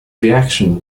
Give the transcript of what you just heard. reaction